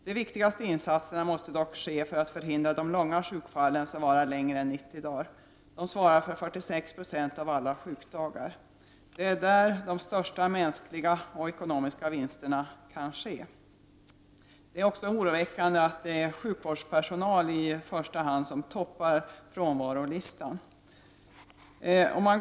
De viktigaste insatserna måste dock ske för att minska de långa sjukfallen, de som varar mer än 90 dagar. Dessa svarar för 46 96 av alla sjukdagar. Det är där de största mänskliga och ekonomiska vinsterna kan göras. Det är också oroväckande att det är sjukvårdspersonalen som toppar frånvarostatistiken.